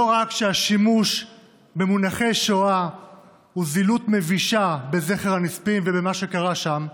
לא רק שהשימוש במונחי שואה הוא זילות מבישה של זכר הנספים ומה שקרה שם,